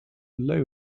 low